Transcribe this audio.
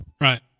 Right